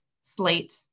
slate